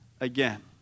again